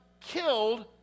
killed